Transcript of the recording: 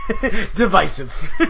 Divisive